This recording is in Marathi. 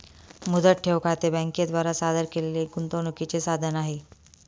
मुदत ठेव खाते बँके द्वारा सादर केलेले एक गुंतवणूकीचे साधन आहे